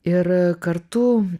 ir kartu